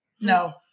No